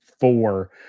four